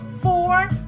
four